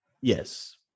Yes